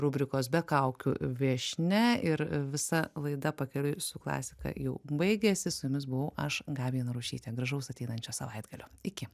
rubrikos be kaukių viešnia ir visa laida pakeliui su klasika jau baigėsi su jumis buvau aš gabija narušytė gražaus ateinančio savaitgalio iki